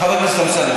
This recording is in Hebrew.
חבר הכנסת אמסלם,